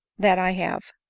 that i have.